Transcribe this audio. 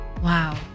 Wow